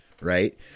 Right